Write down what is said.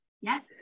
Yes